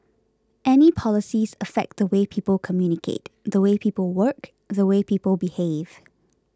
any policies affect the way people communicate the way people work the way people behave